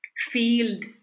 field